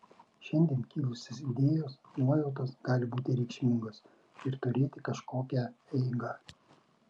šiandien kilusios idėjos nuojautos gali būti reikšmingos ir turėti kažkokią eigą